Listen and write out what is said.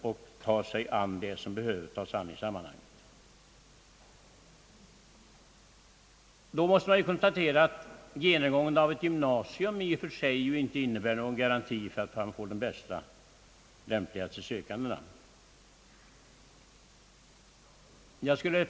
Man måste då konstatera att kravet på genomgång av gymnasium i och för sig inte innebär en garanti för att få fram de lämpligaste sökandena.